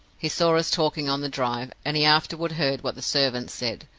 he saw us talking on the drive, and he afterward heard what the servants said,